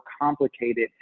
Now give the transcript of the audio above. complicated